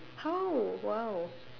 how !wow!